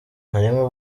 arimo